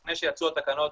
לפני שיצאו התקנות.